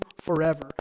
forever